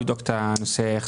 למה לא לעבור לתחנות קבע?